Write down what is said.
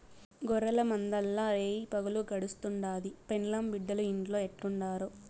గొర్రెల మందల్ల రేయిపగులు గడుస్తుండాది, పెండ్లాం బిడ్డలు ఇంట్లో ఎట్టుండారో